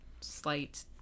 slight